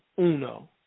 uno